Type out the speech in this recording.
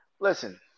listen